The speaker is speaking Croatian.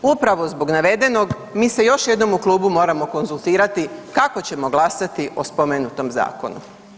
Upravo zbog navedenog mi se još jednom u Klubu moramo konzultirati kako ćemo glasati o spomenutom zakonu.